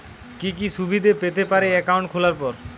কি কি সুবিধে পেতে পারি একাউন্ট খোলার পর?